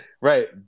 right